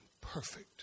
perfect